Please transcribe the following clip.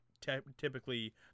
typically